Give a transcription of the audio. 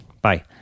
Bye